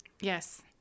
Yes